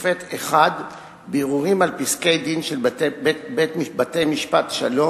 בית-משפט מחוזי ידון בשופט אחד בערעורים על פסקי-דין של בתי-משפט שלום